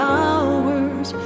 hours